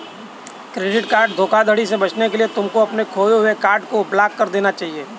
credit card धोखाधड़ी से बचने के लिए तुमको अपने खोए हुए कार्ड को ब्लॉक करा देना चाहिए